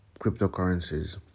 cryptocurrencies